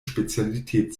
spezialität